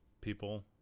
people